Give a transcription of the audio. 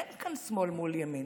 אין כאן שמאל מול ימין,